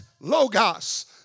logos